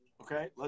okay